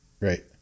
Right